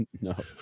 No